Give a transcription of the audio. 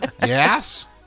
Yes